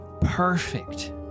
Perfect